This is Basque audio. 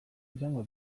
izango